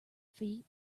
feet